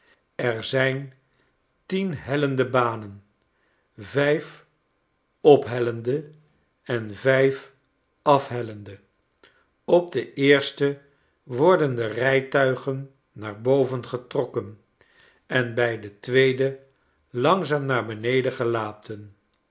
er zijn tien hellende banen vijf ophellende en vijf afhellende op de eerste worden de rijtuigen naar boven getrokken en bij de tweede langzaam naar beneden gelaten